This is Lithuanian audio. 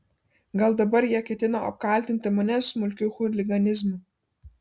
gal dabar jie ketino apkaltinti mane smulkiu chuliganizmu